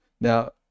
Now